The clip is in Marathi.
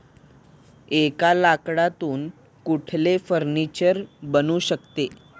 एका लाकडातून कुठले फर्निचर बनू शकते?